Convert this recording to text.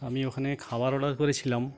আমি ওখানে খাবার অর্ডার করেছিলাম